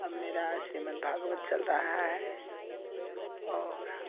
अब मेरा श्रीमदभागवत चल रहा है और